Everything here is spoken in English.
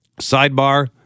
Sidebar